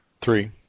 Three